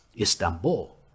Istanbul